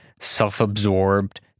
self-absorbed